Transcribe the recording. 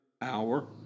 hour